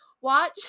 watch